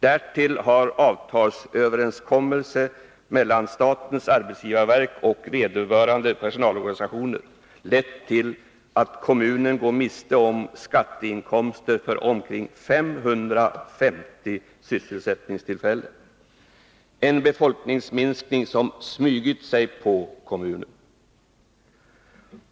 Därtill har en avtalsöverenskommelse mellan statens arbetsgivarverk och vederbörande personalorganisationer lett till att kommunen går miste om skatteinkomster för omkring 550 sysselsättningstillfällen — en befolkningsminskning som smugit sig på kommunen!